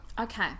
Okay